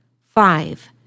Five